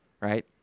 right